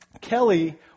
Kelly